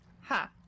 Ha